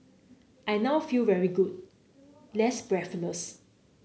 I now feel very good less breathless